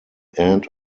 end